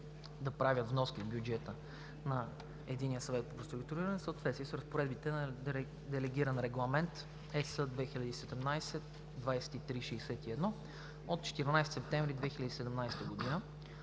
да правят вноски в бюджета на Единния съвет по преструктуриране, в съответствие с разпоредбите на делегиран Регламент (ЕС) № 2017/2361 от 14 септември 2017 г.,